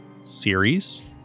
series